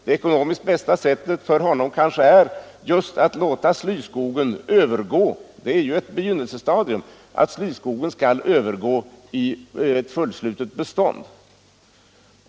Det ekonomiskt bästa sättet för honom kanske är just att låta slyskogen, som ju är ett begynnelsestadium, övergå i ett fullslutet bestånd.